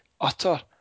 Utter